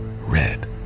red